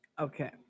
Okay